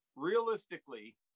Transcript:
realistically